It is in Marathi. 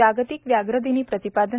जागतिक व्याघ्र दिनी प्रतिपादन